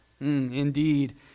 Indeed